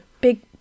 Big